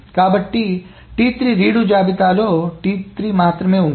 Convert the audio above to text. కాబట్టి T3 read జాబితాలో T3 మాత్రమే ఉంది